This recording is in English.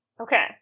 Okay